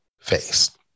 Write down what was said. face